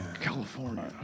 California